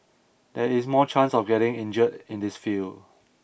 there is more chance of getting injured in this field